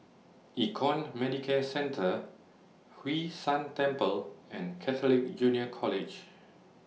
Econ Medicare Centre Hwee San Temple and Catholic Junior College